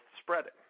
spreading